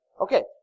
Okay